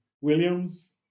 Williams